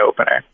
opener